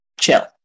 Chill